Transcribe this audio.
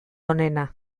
onena